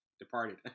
Departed